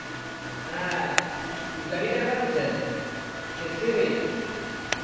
ᱦᱮᱸ ᱜᱟᱹᱰᱤ ᱰᱨᱟᱭᱵᱷᱟᱨ ᱜᱮᱥᱮ ᱴᱮᱠᱥᱤ ᱨᱤᱱᱤᱡ